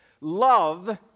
Love